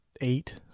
eight